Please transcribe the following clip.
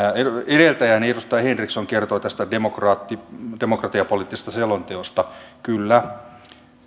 edeltäjäni edustaja henriksson kertoi demokratiapoliittisesta selonteosta kyllä